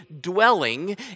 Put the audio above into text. dwelling